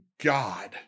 God